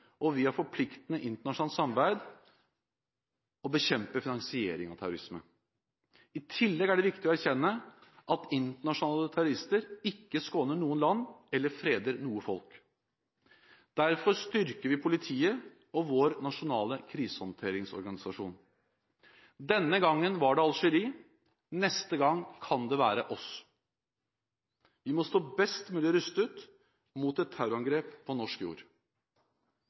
og via forpliktende internasjonalt samarbeid bekjempe finansieringen av terrorisme. I tillegg er det viktig å erkjenne at internasjonale terrorister ikke skåner noen land eller freder noe folk. Derfor styrker vi politiet og vår nasjonale krisehåndteringsorganisasjon. Denne gang var det i Algerie. Neste gang kan det være hos oss. Vi må stå best mulig rustet mot et terrorangrep på norsk jord.